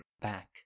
back